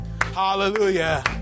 Hallelujah